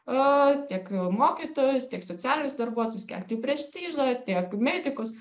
o tiek mokytojus tiek socialinius darbuotojus kelti prestižą ir apie medikus